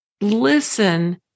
listen